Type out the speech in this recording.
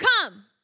come